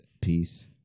Peace